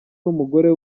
n’umugore